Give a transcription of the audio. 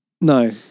No